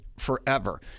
forever